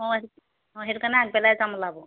অঁ এটো অঁ সেইটো কাৰণে আগবেলাই যাম ওলাব